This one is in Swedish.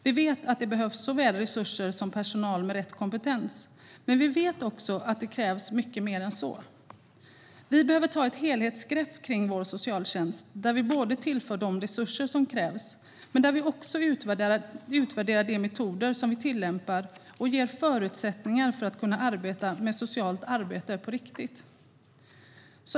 Vi vet att det behövs såväl resurser som personal med rätt kompetens, men vi vet också att det krävs mycket mer än så. Vi behöver ta ett helhetsgrepp om vår socialtjänst där vi tillför de resurser som krävs och även utvärderar de metoder som tillämpas och ger förutsättningar för socialt arbete på riktigt.